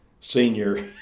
senior